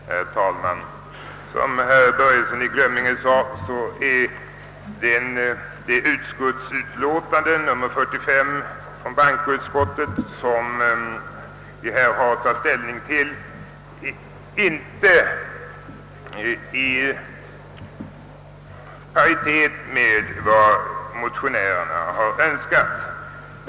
Herr talman! Bankoutskottets förslag i dess utlåtande nr 45, som vi nu behandlar, överensstämmer, såsom herr Börjesson i Glömminge påpekade, inte med motionärernas förslag.